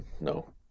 no